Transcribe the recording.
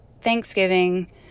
Thanksgiving